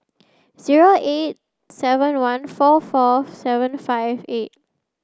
zero eight seven one four four seven five eight